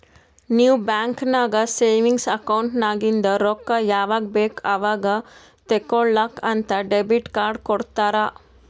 ನೀವ್ ಬ್ಯಾಂಕ್ ನಾಗ್ savings account ನಾಗಿಂದ್ ರೊಕ್ಕಾ ಯಾವಾಗ್ ಬೇಕ್ ಅವಾಗ್ ತೇಕೊಳಾಕ್ ಅಂತ್ ಡೆಬಿಟ್ ಕಾರ್ಡ್ ಕೊಡ್ತಾರ